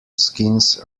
skins